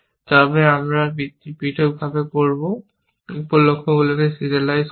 তবে আমরা এটি পৃথকভাবে করব উপ লক্ষ্যগুলিকে সিরিয়ালাইজ করব